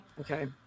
Okay